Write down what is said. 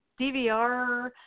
DVR